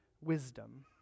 wisdom